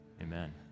amen